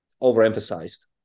overemphasized